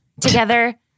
together